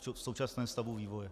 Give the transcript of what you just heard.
V současném stavu vývoje.